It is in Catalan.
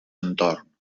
entorn